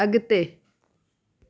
अगि॒ते